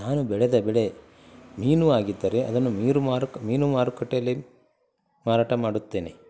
ನಾನು ಬೆಳೆದ ಬೆಳೆ ಮೀನು ಆಗಿದ್ದರೆ ಅದನ್ನು ಮೀನು ಮಾರುಕ ಮೀನು ಮಾರುಕಟ್ಟೆಯಲ್ಲಿ ಮಾರಾಟ ಮಾಡುತ್ತೇನೆ